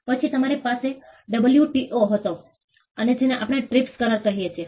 પછી અમારી પાસે ડબ્લ્યુટીઓ હતો અને જેને આપણે ટ્રીપ્સ કરાર કહીએ છીએ